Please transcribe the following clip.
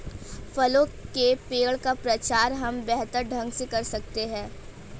फलों के पेड़ का प्रचार हम बेहतर ढंग से कर सकते हैं